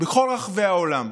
בכל רחבי העולם.